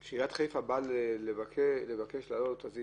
כשעיריית חיפה באה לבקש להעלות את הקנס על עשיית צרכים של בעלי חיים,